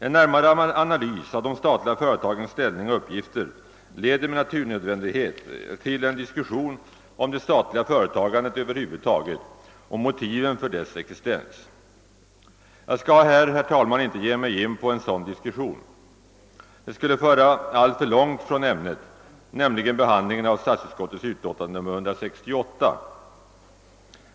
En närmare analys av de statliga företagens ställning och uppgifter leder med naturnödvändighet till en diskussion om det statliga företagandet över huvud taget och motiven för dess existens. Jag skall, herr talman, här inte ge mig in på en sådan diskussion, eftersom dét skulle föra alltför långt från ämnet, nämligen behandlingen av statsutskottets utlåtande nr 168.